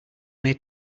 may